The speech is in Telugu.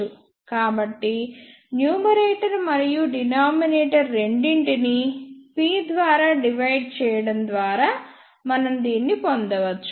కాబట్టి న్యూమరేటర్ మరియు డినామినేటర్ రెండింటినీ p ద్వారా డివైడ్ చేయడం ద్వారా మనం దీన్ని పొందవచ్చు